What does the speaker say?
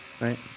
right